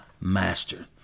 master